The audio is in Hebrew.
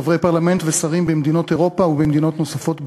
חברי פרלמנט ושרים במדינות אירופה ובמדינות נוספות בעולם,